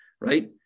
right